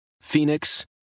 Phoenix